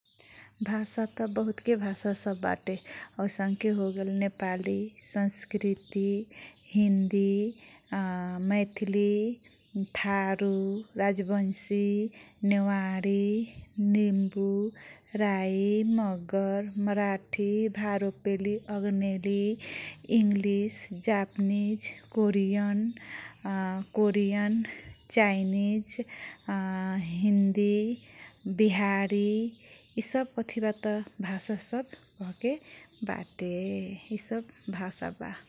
भाषातह बहुतके भासा बाटे आउसँके होगेल । नेपाली, संस्कृती, हिन्दी, मैथली, थारू, राजबन्सी, नेवारी, लिम्बु राई, मगर, मराठी, भारोपेली, अगनेली, English, Japanese, Korean Korean, Chinese Hindi, Bihari इसब कथिबात भाषा सब कहके बाटे इसब भाषा बा ।